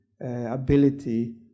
ability